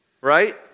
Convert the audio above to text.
right